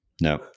No